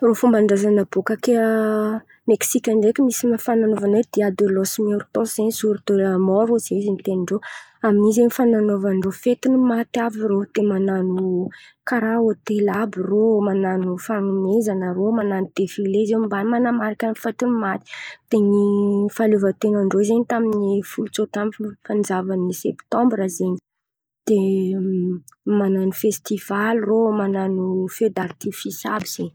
Fomban-drazan̈a bôkà kay Meksika ndraiky misy fan̈anaovan̈a hoe diadôlôsmertôsy zen̈y jorodelamôro hoy izy fitenin-drô. Amin'in̈y zen̈y fan̈anaovan-drô fetin'ny maty àby irô, man̈ano kàra hotely àby irô, man̈ano fanomezan̈a irô, man̈ano defile zen̈y mba manamarika fetin'ny maty. Dia ny fahaleovanten̈an-drô zen̈y tamin'ny folo tsôta amby ny fanjavan'ny septambra zen̈y. Dia man̈ano festivaly irô, man̈ano fedartifisy àby zen̈y.